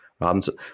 Robinson